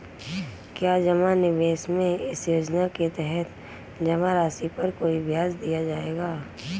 क्या जमा निवेश में इस योजना के तहत जमा राशि पर कोई ब्याज दिया जाएगा?